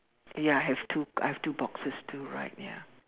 ya I have two I have two boxes too right ya